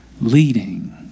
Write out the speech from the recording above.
leading